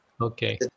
Okay